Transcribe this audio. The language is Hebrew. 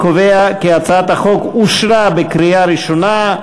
קרעתי הלילה קריעה.